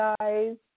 guys